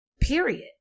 Period